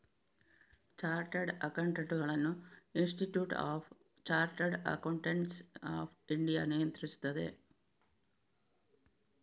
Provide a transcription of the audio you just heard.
chartered ಅಕೌಂಟೆಂಟುಗಳನ್ನು institute of chartered accountants of India ನಿಯಂತ್ರಿಸುತ್ತದೆ